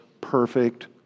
perfect